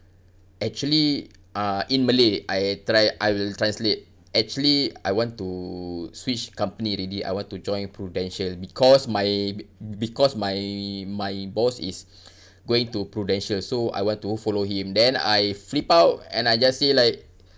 actually uh in malay I try I will translate actually I want to switch company already I want to join Prudential because my be~ because my my boss is going to Prudential so I want to follow him then I flip out and I just say like